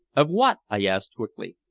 of what? i asked quickly.